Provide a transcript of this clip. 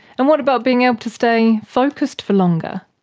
and what about being able to stay focused for longer,